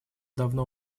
давно